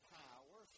power